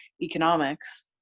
economics